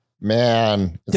man